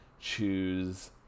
choose